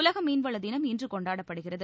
உலக மீன்வள தினம் இன்று கொண்டாடப்படுகிறது